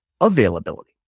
availability